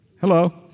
Hello